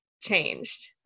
changed